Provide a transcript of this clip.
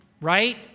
right